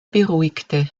beruhigte